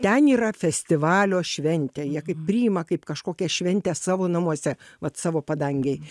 ten yra festivalio šventė jie kaip priima kaip kažkokią šventę savo namuose vat savo padangėj